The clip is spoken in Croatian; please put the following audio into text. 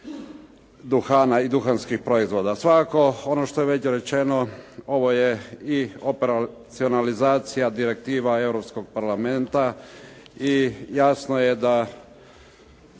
duhana i duhanskih proizvoda. Svakako ono što je već rečeno, ovo je i operacionalizacija direktiva Europskog parlamenta i jasno je da